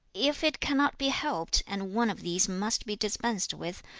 if it cannot be helped, and one of these must be dispensed with,